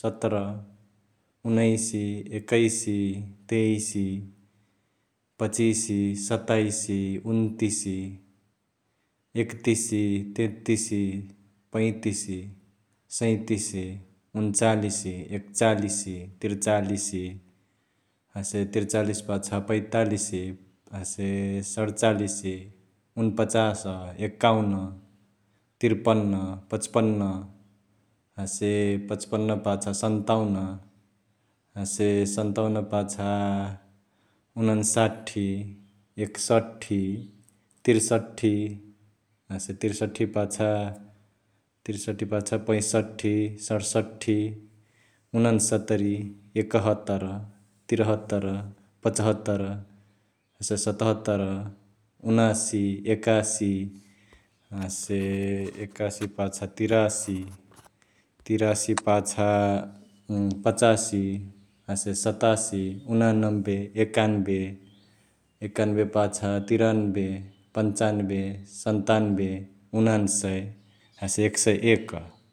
सत्र, उनैस, एकैस, तेइस, पचिस, सताइस, उन्तिस, एक्तिस, तेंतिस, पैंतिस, सैंतिस, उन्चालिस, एक्चालिस, तिर्चालिस हसे तिर्चालिस पाछा पैंतालिस हसे सणचालिस, उन्पचास, एक्काउन्न, तृपन्न, पच्पन्न हसे पच्पन्न पाछा सन्ताउन्न, हसे सन्ताउन्न पाछा उनन्साठि, एक्सट्ठि, तृसट्ठी ह्से तृसट्ठी पाछा...तृसट्ठी पाछा पैंसट्ठि, सडस्ट्ठी, उनान्सतरी, एकहतर, तृहतर, पचहतर हसे सतहतर, उनासी, एकासी हसे एकासी पाछा तिरसि, तिरसी पाछा पचासी हसे सतासि, उनानम्बे, एकान्बे, एकन्बे पाछा तिरान्बे, पन्चान्न्बे, सन्तान्न्बे, उनानसय हसे एक सय एक ।